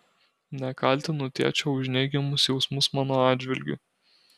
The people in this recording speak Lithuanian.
nekaltinu tėčio už neigiamus jausmus mano atžvilgiu